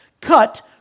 cut